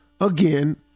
Again